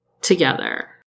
Together